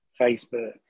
Facebook